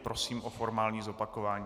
Prosím o formální zopakování.